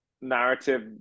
narrative